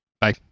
Bye